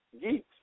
Geeks